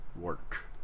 work